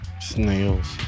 Snails